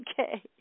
Okay